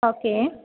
okay